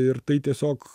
ir tai tiesiog